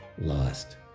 lost